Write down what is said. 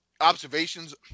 observations